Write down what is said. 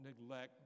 neglect